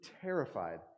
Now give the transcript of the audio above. terrified